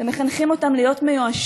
אתם מחנכים אותם להיות מיואשים.